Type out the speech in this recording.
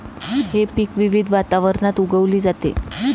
हे पीक विविध वातावरणात उगवली जाते